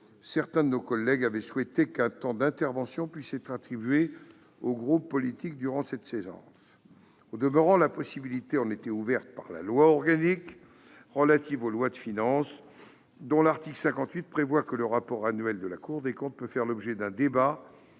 certains collègues avaient en effet souhaité qu'un temps d'intervention puisse être attribué aux groupes politiques durant cette séance. Au demeurant, la possibilité en était ouverte par la loi organique relative aux lois de finances, dont l'article 58 prévoit :« Le rapport annuel de la Cour des comptes peut faire l'objet d'un débat